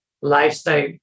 lifestyle